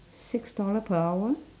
six dollar per hour